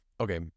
okay